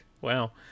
Wow